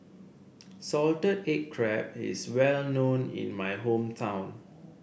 Salted Egg Crab is well known in my hometown